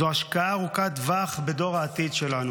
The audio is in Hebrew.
זו השקעה ארוכת טווח בדור העתיד שלנו.